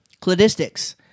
Cladistics